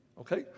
okay